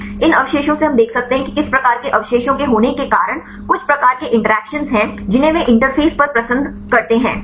इन अवशेषों से हम देख सकते हैं कि इस प्रकार के अवशेषों के होने के कारण कुछ प्रकार के इंटरैक्शन हैं जिन्हें वे इंटरफ़ेस पर पसंद करते हैं